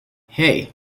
hey